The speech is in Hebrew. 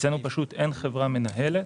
אצלנו אין חברה מנהלת,